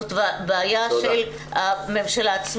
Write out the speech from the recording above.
זאת בעיה של הממשלה.